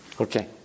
Okay